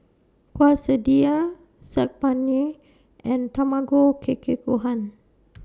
Quesadillas Saag Paneer and Tamago Kake Gohan